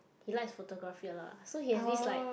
he likes photography a lot ah so he has this like